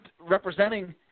representing